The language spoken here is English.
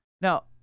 Now